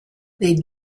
they